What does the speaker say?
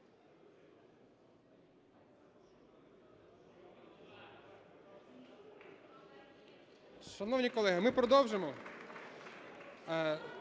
Шановні колеги, ми продовжимо.